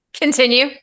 Continue